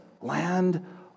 Land